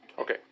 Okay